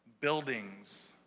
buildings